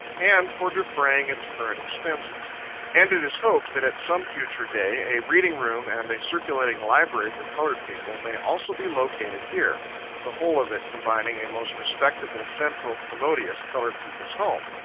and for defraying its current expenses and it is hoped that, at some future day, a reading room and a circulating library for colored people may also be located here the whole of it combining a most respectable, central, commodious colored people's home.